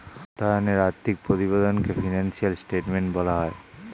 অর্থায়নে আর্থিক প্রতিবেদনকে ফিনান্সিয়াল স্টেটমেন্ট বলা হয়